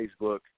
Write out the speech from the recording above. Facebook